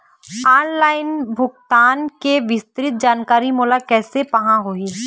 Online bill भुगतान के विस्तृत जानकारी मोला कैसे पाहां होही?